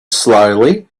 slowly